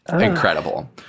Incredible